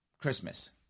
Christmas